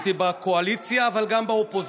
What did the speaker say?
כשהייתי בקואליציה אבל גם באופוזיציה,